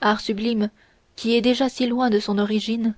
art sublime qui est déjà si loin de son origine